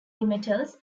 metals